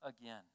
again